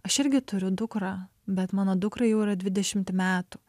aš irgi turiu dukrą bet mano dukrai jau yra dvidešimt metų